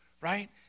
right